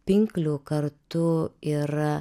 pinklių kartu ir